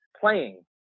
playing